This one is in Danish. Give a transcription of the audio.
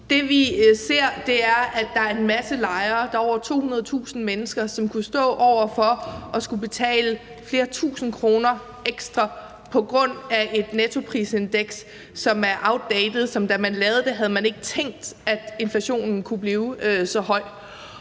Det, vi ser, er, at der er en masse lejere – der er over 200.000 mennesker – som kunne stå over for at skulle betale flere tusinde kroner ekstra på grund af et nettoprisindeks, som er outdated, og da man lavede det, havde man ikke tænkt, at inflationen kunne blive så høj.